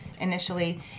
initially